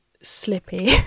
slippy